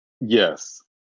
Yes